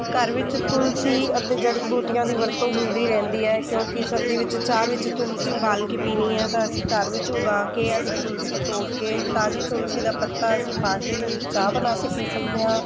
ਘਰ ਵਿੱਚ ਤੁਲਸੀ ਅਤੇ ਜੜ੍ਹੀ ਬੂਟੀਆਂ ਦੀ ਵਰਤੋਂ ਹੁੰਦੀ ਰਹਿੰਦੀ ਹੈ ਕਿਉਂਕਿ ਸਰਦੀ ਵਿੱਚ ਚਾਹ ਵਿੱਚ ਤੁਲਸੀ ਉਬਾਲ ਕੇ ਪੀਣੀ ਹੈ ਤਾਂ ਅਸੀਂ ਘਰ ਵਿੱਚ ਉਗਾ ਕੇ ਅਸੀਂ ਤੁਲਸੀ ਤੋੜ ਕੇ ਤਾਜ਼ੀ ਤੁਲਸੀ ਦਾ ਪੱਤਾ ਅਸੀਂ ਪਾ ਕੇ ਚਾਹ ਬਣਾ ਕੇ ਪੀ ਸਕਦੇ ਹਾਂ